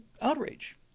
outrage